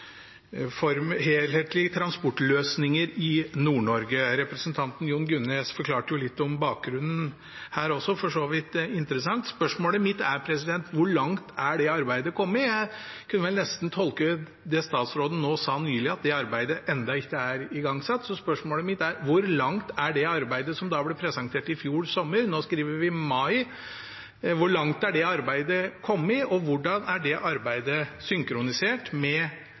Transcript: utredes helhetlige transportløsninger – jeg tror de bruker det begrepet – i Nord-Norge. Representanten Jon Gunnes forklarte jo litt om bakgrunnen her, og det var for så vidt interessant. Spørsmålet mitt er: Hvor langt er det arbeidet kommet? Jeg kunne vel nesten tolke det statsråden nå sa nylig, som at det arbeidet ennå ikke er igangsatt. Så spørsmålet mitt er: Hvor langt er det arbeidet kommet? Det ble presentert i fjor sommer, og nå skriver vi mai. Og hvordan er det arbeidet synkronisert med